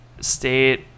state